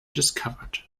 discovered